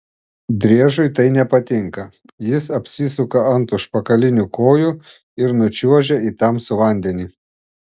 driežui tai nepatinka jis apsisuka ant užpakalinių kojų ir nučiuožia į tamsų vandenį